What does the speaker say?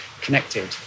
connected